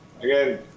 Again